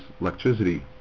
electricity